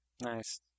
Nice